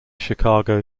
chicago